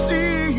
See